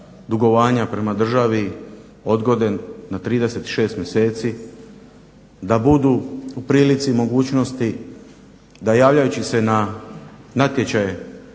dugovanja prema državi odgode na 36 mjeseci. Da budu u prilici i mogućnosti da javljajući se na natječaje,